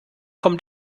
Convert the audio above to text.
kommt